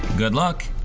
good luck.